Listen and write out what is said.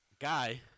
guy